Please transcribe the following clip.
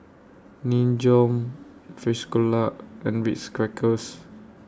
Nin Jiom Frisolac and Ritz Crackers